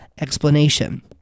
explanation